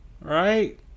Right